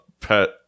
pet